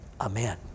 Amen